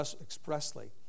expressly